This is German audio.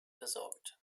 versorgt